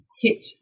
hit